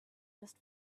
just